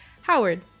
Howard